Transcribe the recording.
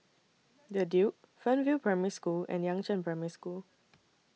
The Duke Fernvale Primary School and Yangzheng Primary School